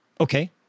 Okay